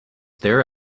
there